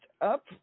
up